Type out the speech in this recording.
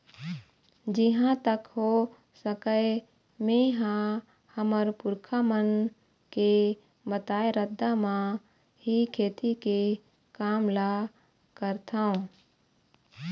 जिहाँ तक हो सकय मेंहा हमर पुरखा मन के बताए रद्दा म ही खेती के काम ल करथँव